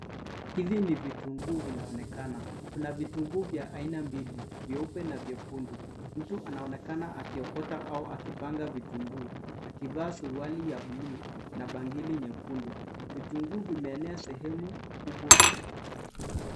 Hivi ni vitunguu vinaonekana. Kuna vitunguu vya aina mbili, vyeupe na vyekundu. Mtu anaonekana akiokota au akipanga vitunguu, akivaa suruali ya buluu na bangili nyekundu. Vitunguu vimeenea sehemu kubwa.